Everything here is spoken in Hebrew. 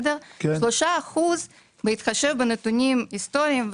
3% בהתחשב בנתונים היסטוריים,